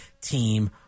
team